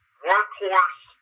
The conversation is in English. workhorse